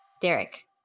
Derek